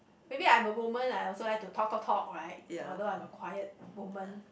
maybe I'm a woman I also like to talk talk talk right although I'm a quiet woman